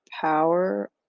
power